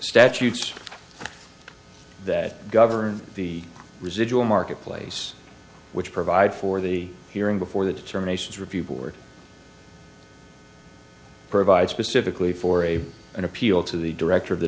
statutes that govern the residual marketplace which provide for the hearing before the terminations review board provide specifically for a an appeal to the director of the